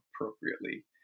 appropriately